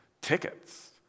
tickets